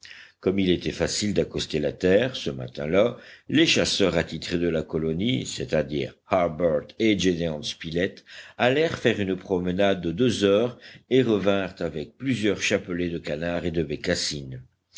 comme il était facile d'accoster la terre ce matin-là les chasseurs attitrés de la colonie c'est-à-dire harbert et gédéon spilett allèrent faire une promenade de deux heures et revinrent avec plusieurs chapelets de canards et de bécassines